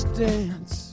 dance